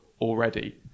already